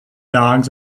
dogs